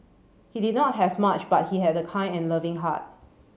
he did not have much but he had a kind and loving heart